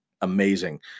amazing